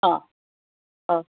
हां हां